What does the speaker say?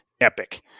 epic